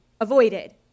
avoided